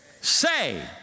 say